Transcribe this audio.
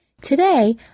Today